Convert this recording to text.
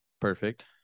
Perfect